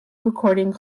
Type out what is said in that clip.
recording